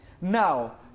Now